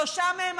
שלושה מהם,